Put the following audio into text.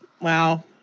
Wow